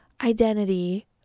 identity